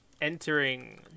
entering